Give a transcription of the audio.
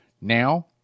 Now